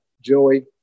Joey